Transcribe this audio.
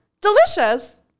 delicious